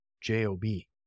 j-o-b